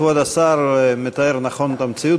כבוד השר מתאר נכון את המציאות.